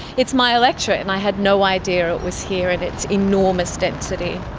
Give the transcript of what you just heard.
it's my electorate and i had no idea it was here and its enormous density.